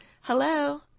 Hello